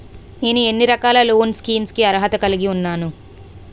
నేను ఎన్ని రకాల లోన్ స్కీమ్స్ కి అర్హత కలిగి ఉన్నాను?